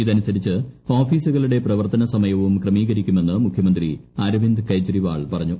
ഇതനുസരിച്ച് ഓഫീസുകളുടെ പ്രവർത്തന സമയവും ക്രമീകരിക്കുമെന്ന് മുഖ്യമന്ത്രി അരവിന്ദ് കെജ്രിവാൾ പറഞ്ഞു